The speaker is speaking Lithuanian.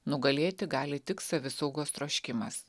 nugalėti gali tik savisaugos troškimas